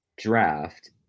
draft